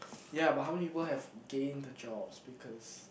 ya but how many people have gain the jobs because